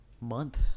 month